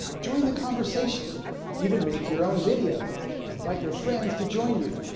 join the conversation even make your own video invite your friends to join you.